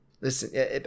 listen